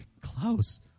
Klaus